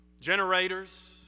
generators